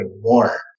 more